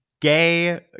gay